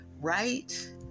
right